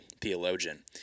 theologian